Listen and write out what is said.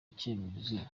icyemezo